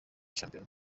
shampiyona